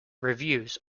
reviews